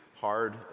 hard